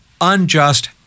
Unjust